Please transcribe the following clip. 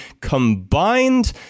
combined